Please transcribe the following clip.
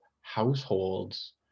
households